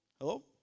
Hello